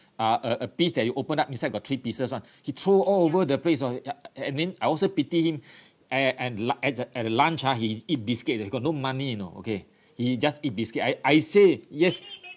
uh a a piece that you open up inside got three pieces [one] he throw all over the place oh and then I also pity him a~ an lu~ at the at the lunch ha he eat biscuit he got no money you know okay he just eat biscuit I I say yes